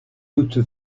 doute